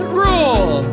rule